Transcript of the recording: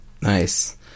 Nice